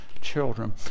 children